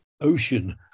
ocean